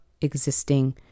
existing